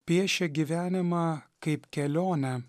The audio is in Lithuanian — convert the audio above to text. piešia gyvenimą kaip kelionę